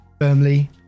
Firmly